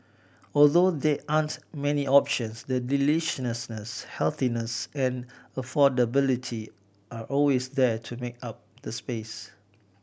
although there aren't many options the deliciousness healthiness and affordability are always there to make up the space